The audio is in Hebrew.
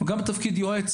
גם בתפקיד יועץ,